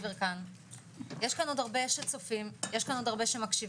יש כאן עוד הרבה שצופים ושמקשיבים.